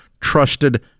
trusted